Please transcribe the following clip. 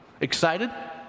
Excited